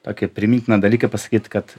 tokį primintiną dalyką pasakyt kad